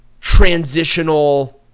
transitional